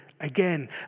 again